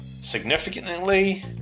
significantly